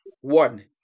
one